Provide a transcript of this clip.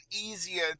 easier